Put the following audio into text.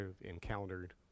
encountered